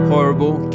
Horrible